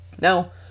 Now